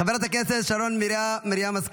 חברת הכנסת שרן מרים השכל,